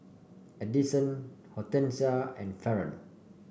Edison Hortensia and Faron